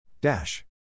Dash